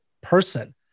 person